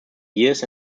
years